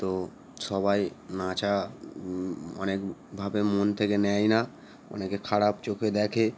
তো সবাই নাচা অনেকভাবে মন থেকে নেয় না অনেকে খারাপ চোখে দেখে